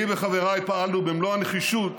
אני וחבריי פעלנו במלוא הנחישות,